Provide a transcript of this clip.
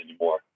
anymore